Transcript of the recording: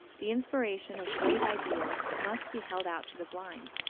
the inspiration of great ideals must be held out to the blind,